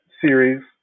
series